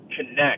connect